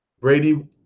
Brady